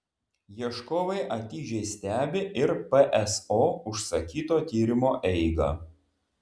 ieškovai atidžiai stebi ir pso užsakyto tyrimo eigą